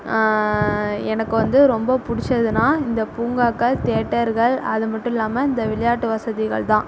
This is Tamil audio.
எனக்கு வந்து ரொம்ப பிடிச்சதுனா இந்த பூங்காக்கள் தேட்டர்கள் அது மட்டும் இல்லாமல் இந்த விளையாட்டு வசதிகள்தான்